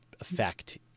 effect